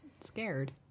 scared